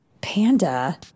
Panda